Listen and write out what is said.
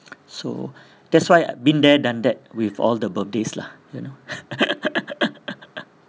so that's why I been there done that with all the birthdays lah you know